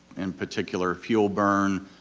in particular fuel burn,